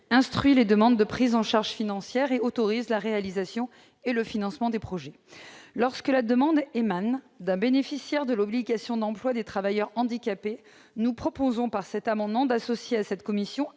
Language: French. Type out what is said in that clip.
instruit les demandes de prise en charge financière et autorise la réalisation et le financement des projets. Lorsque la demande émane d'un bénéficiaire de l'obligation d'emploi des travailleurs handicapés, nous proposons, par cet amendement, d'associer à cette commission